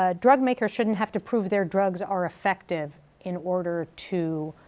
ah drug makers shouldn't have to prove their drugs are effective in order to,